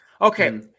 Okay